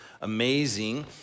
amazing